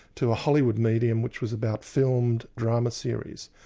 to a hollywood medium which was about filmed drama series.